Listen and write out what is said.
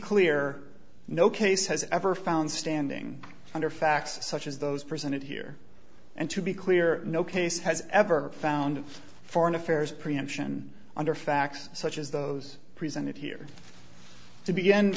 clear no case has ever found standing under facts such as those presented here and to be clear no case has ever found of foreign affairs preemption under facts such as those presented here to be